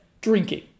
drinking